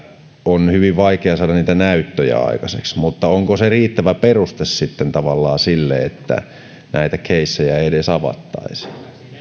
on hyvin vaikea saada näyttöjä aikaiseksi mutta onko se sitten tavallaan riittävä peruste sille että näitä keissejä ei edes avattaisi